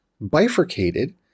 bifurcated